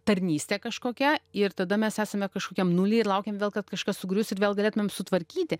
tarnystė kažkokia ir tada mes esame kažkokiam nuly ir laukiam vėl kad kažkas sugrius ir vėl galėtumėm sutvarkyti